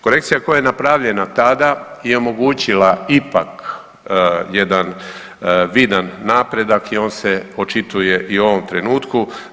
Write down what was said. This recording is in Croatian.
Korekcija koja je napravljena tada je omogućila ipak jedan vidan napredak i on se očituje i u ovom trenutku.